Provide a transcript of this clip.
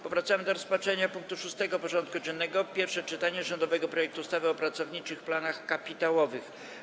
Powracamy do rozpatrzenia punktu 6. porządku dziennego: Pierwsze czytanie rządowego projektu ustawy o pracowniczych planach kapitałowych.